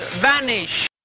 vanish